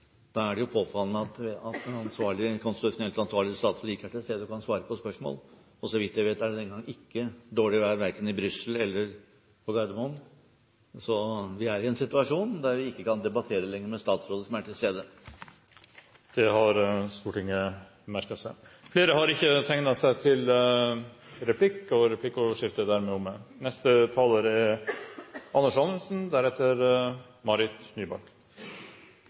da er det jo påfallende at den konstitusjonelt ansvarlige statsråd ikke er tilstede og kan da ikke svare på spørsmål. Så vidt jeg vet, er det denne gang ikke dårlig vær verken i Brussel eller på Gardermoen. Vi er i en situasjon der vi ikke lenger kan debattere med statsråder som er til stede. Det har Stortinget merket seg. Replikkordskiftet er dermed omme. Dette er